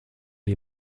les